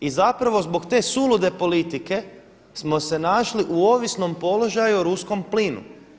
I zapravo zbog te sulude politike smo se našli u ovisnom položaju o ruskom plinu.